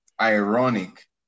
ironic